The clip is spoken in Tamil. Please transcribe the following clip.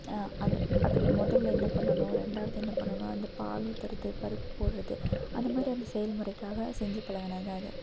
அது அது முதல்ல என்ன பண்ணணும் ரெண்டாவது என்ன பண்ணணும் அந்தப் பால் ஊற்றுறது பருப்புப் போடுகிறது அந்தமாதிரி அந்த செயல்முறைக்காக செஞ்சுப் பழகினது தான் அது